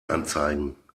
anzeigen